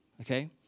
Okay